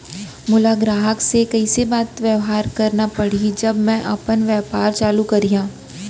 मोला ग्राहक से कइसे बात बेवहार करना पड़ही जब मैं अपन व्यापार चालू करिहा?